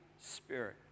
Spirit